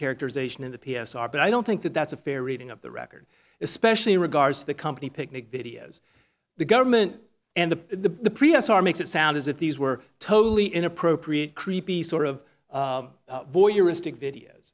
characterization in the p s r but i don't think that that's a fair reading of the record especially in regards to the company picnic videos the government and the previous are makes it sound as if these were totally inappropriate creepy sort of voyeuristic videos